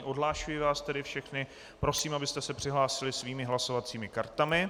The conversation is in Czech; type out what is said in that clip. Odhlašuji vás všechny, prosím, abyste se přihlásili svými hlasovacími kartami.